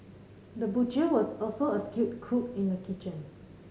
the butcher was also a skilled cook in the kitchen